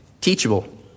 Teachable